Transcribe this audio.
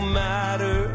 matter